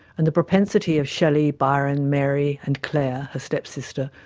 and the propensity of shelley, byron, mary and claire, her step-sister,